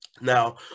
Now